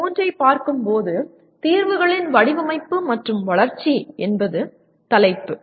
PO3 ஐ பார்க்கும்போது தீர்வுகளின் வடிவமைப்பு மற்றும் வளர்ச்சி என்பது தலைப்பு